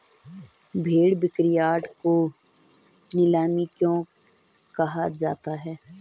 भेड़ बिक्रीयार्ड को नीलामी क्यों कहा जाता है?